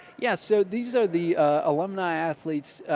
yeah. so these are the alumni athletes.